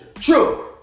True